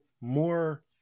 more